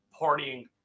partying